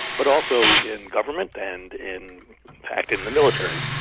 but also in government and in fact in the military,